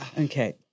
Okay